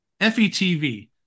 FETV